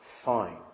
fine